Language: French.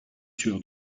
sûr